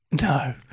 no